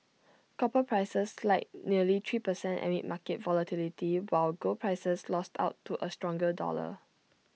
copper prices slid nearly three per cent amid market volatility while gold prices lost out to A stronger dollar